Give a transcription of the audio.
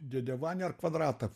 dėdę vanią ar kvadratą